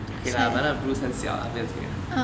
okay lah but 那个 bruise 很小不用紧的